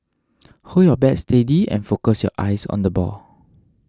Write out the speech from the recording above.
hold your bat steady and focus your eyes on the ball